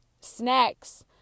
snacks